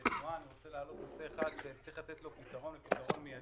רוצה להעלות נושא אחד שצריך לתת לו פתרון מיידי.